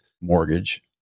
Mortgage